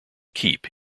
keep